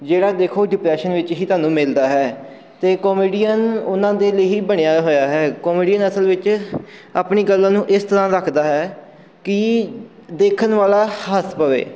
ਜਿਹੜਾ ਦੇਖੋ ਡਿਪਰੈਸ਼ਨ ਵਿੱਚ ਹੀ ਤੁਹਾਨੂੰ ਮਿਲਦਾ ਹੈ ਅਤੇ ਕੋਮੇਡੀਅਨ ਉਹਨਾਂ ਦੇ ਲਈ ਹੀ ਬਣਿਆ ਹੋਇਆ ਹੈ ਕੋਮੇਡੀਅਨ ਅਸਲ ਵਿੱਚ ਆਪਣੀ ਕਲਾ ਨੂੰ ਇਸ ਤਰ੍ਹਾਂ ਰੱਖਦਾ ਹੈ ਕਿ ਦੇਖਣ ਵਾਲਾ ਹੱਸ ਪਵੇ